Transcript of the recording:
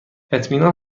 اطمینان